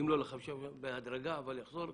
אם לא ל-50 מיליון, בהדרגה, אבל יחזור.